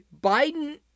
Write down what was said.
Biden